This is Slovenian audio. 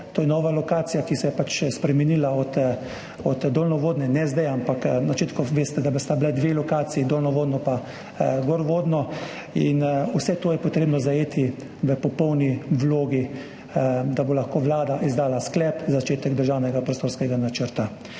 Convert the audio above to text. to je nova lokacija, ki se je spremenila od dolvodne, ne zdaj, ampak na začetku. Veste, da sta bili dve lokaciji, dolvodno pa gorvodno, in vse to je potrebno zajeti v popolni vlogi, da bo lahko Vlada izdala sklep, začetek državnega prostorskega načrta.